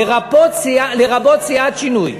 לרבות סיעת שינוי.